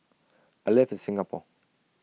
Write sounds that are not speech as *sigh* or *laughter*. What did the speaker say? *noise* I live in Singapore